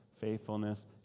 faithfulness